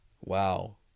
Wow